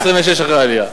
7.26 אחרי העלייה.